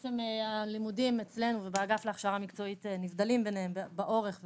הלימודים אצלנו ובאגף להכשרה מקצועית נבדלים ביניהם באורך ובהיקף.